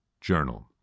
journal